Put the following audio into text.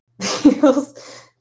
feels